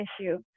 issue